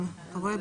כן, אתה רואה?